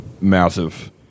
massive